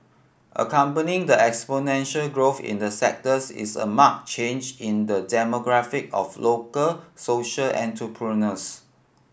accompanying the exponential growth in the sectors is a marked change in the demographic of local social entrepreneurs